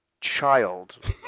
child